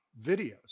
videos